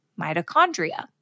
mitochondria